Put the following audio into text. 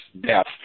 death